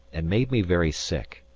and made me very sick.